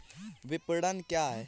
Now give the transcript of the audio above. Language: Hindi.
विपणन क्या है?